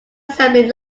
assembly